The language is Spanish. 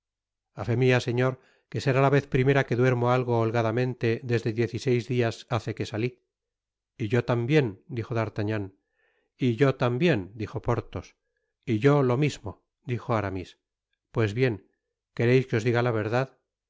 fe mia señor que será la vez primera que duermo algo holgadamente desde diez y seis dias hace que sali y yo tambien dijo d'artagnan y yo tambien dijo porthos y yo lo mismo dijo aramis pues bien quereis que os diga la vedrad